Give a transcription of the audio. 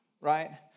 Right